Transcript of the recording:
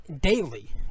daily